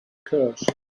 curse